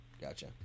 Gotcha